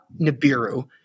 Nibiru